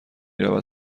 رود